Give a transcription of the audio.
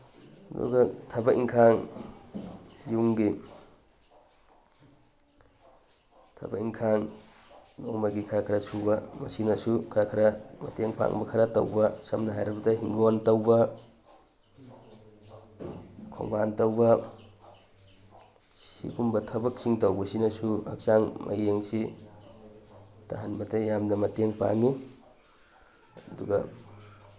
ꯑꯗꯨꯒ ꯊꯕꯛ ꯏꯪꯈꯥꯡ ꯌꯨꯝꯒꯤ ꯊꯕꯛ ꯏꯪꯈꯥꯡ ꯅꯣꯡꯃꯒꯤ ꯈꯔ ꯈꯔ ꯁꯨꯕ ꯑꯁꯤꯅꯁꯨ ꯈꯔ ꯈꯔ ꯃꯇꯦꯡ ꯄꯥꯡꯕ ꯈꯔ ꯇꯧꯕ ꯁꯝꯅ ꯍꯥꯏꯔꯕꯗ ꯍꯤꯡꯒꯣꯟ ꯇꯧꯕ ꯈꯣꯡꯕꯥꯟ ꯇꯧꯕ ꯁꯤꯒꯨꯝꯕ ꯊꯕꯛꯁꯤꯡ ꯇꯧꯕꯁꯤꯅꯁꯨ ꯍꯛꯆꯥꯡ ꯃꯌꯦꯡꯁꯤ ꯇꯥꯍꯟꯕꯗ ꯌꯥꯝꯅ ꯃꯇꯦꯡ ꯄꯥꯡꯉꯤ ꯑꯗꯨꯒ